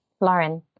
Lauren